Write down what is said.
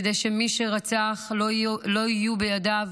כדי שמי שרצח, לא יהיו בידיו